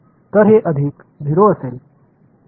तर हे अधिक 0 असे लिहिले जाईल